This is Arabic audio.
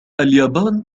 اليابان